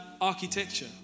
architecture